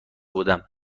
بودم